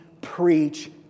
preach